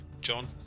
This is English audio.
John